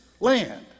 land